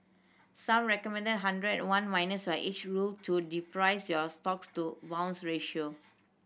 some recommend the hundred one minus your age rule to derive your stocks to bonds ratio